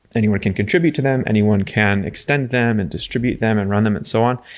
anyone can contribute to them. anyone can extend them and distribute them and run them and so on,